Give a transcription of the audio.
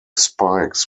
spikes